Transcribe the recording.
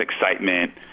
excitement